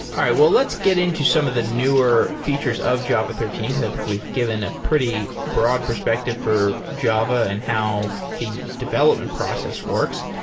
well, let's get into some of the newer features of java thirteen, because i think we've given a pretty broad perspective for java and how the development process works.